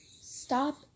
stop